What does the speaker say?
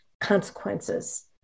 consequences